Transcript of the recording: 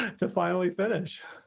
to finally finish,